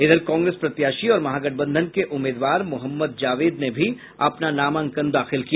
इधर कांग्रेस प्रत्याशी और महागठबंधन के उम्मीदवार मोहम्मद जावेद ने भी अपना नामांकन दाखिल किया